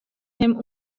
him